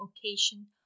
occasion